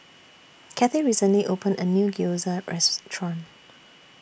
Cathie recently opened A New Gyoza Restaurant